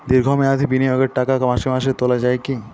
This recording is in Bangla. দীর্ঘ মেয়াদি বিনিয়োগের টাকা মাসে মাসে তোলা যায় কি?